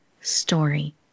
story